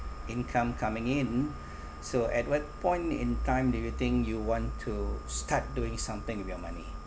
income coming in so at what point in time do you think you want to start doing something with your money